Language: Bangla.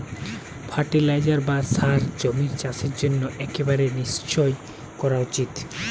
ফার্টিলাইজার বা সার জমির চাষের জন্য একেবারে নিশ্চই করা উচিত